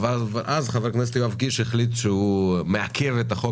אבל אז חבר הכנסת יואב קיש החליט שהוא מעכב את החוק